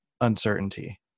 uncertainty